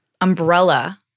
umbrella